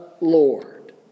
lord